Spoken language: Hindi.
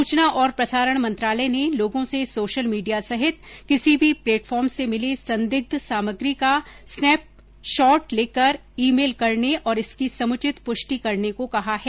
सुचना और प्रसारण मंत्रालय ने लोगों से सोशल मीडिया सहित किसी भी प्लेटफार्म से मिली संदिग्ध सामग्री का स्नैपशॉट लेकर ई मेल करने और इसकी समुचित पुष्टि करने को कहा है